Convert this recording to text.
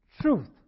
truth